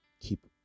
Keep